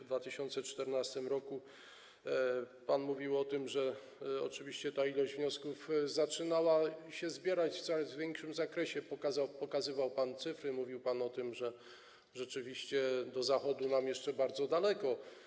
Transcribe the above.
W 2014 r., pan mówił o tym, oczywiście ta ilość wniosków zaczynała się zbierać w coraz większym zakresie, podawał pan cyfry, mówił pan o tym, że rzeczywiście do Zachodu nam jeszcze bardzo daleko.